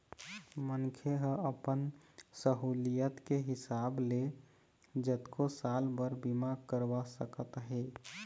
मनखे ह अपन सहुलियत के हिसाब ले जतको साल बर बीमा करवा सकत हे